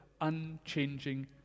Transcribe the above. unchanging